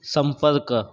संपर्क